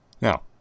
Now